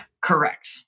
correct